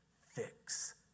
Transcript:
fix